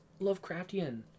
Lovecraftian